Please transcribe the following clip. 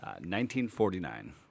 1949